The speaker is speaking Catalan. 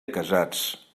casats